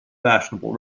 fashionable